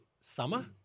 summer